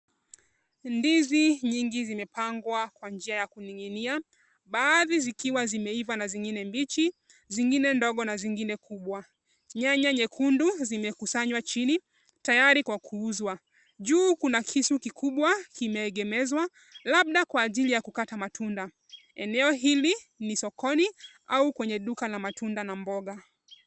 Ndizi nyingi zimepangwa kwa njia ya kuninginia. Baadhi zikiwa zimeiva na zingine mbichi zingine ndogo na zingine kubwa. Nyanya nyekundu zimekusanywa chini tayari kwa kuuzwa. Juu kuna kisu kikubwa kimeegemezwa labda kwa ajili ya kukata matunda. Eneo hili ni sokoni au kwenye duka la matunda na mboga.